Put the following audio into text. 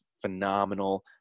phenomenal